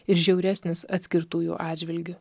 ir žiauresnis atskirtųjų atžvilgiu